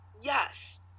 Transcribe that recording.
yes